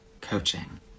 coaching